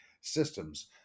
systems